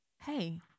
Hey